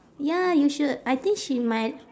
ya you should I think she might